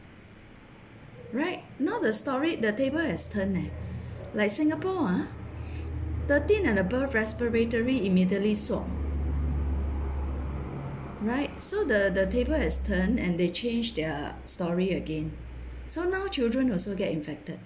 right now the story the table has turned leh like singapore ah thirteen and above respiratory immediately swabbed right so the the table has turned and they change their story again so now children also get infected